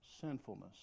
sinfulness